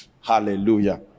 Hallelujah